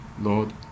Lord